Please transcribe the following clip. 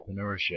entrepreneurship